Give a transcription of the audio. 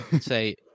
Say